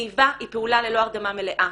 שאיבה היא פעולה ללא הרדמה מלאה,